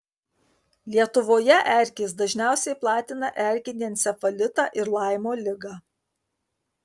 lietuvoje erkės dažniausiai platina erkinį encefalitą ir laimo ligą